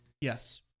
yes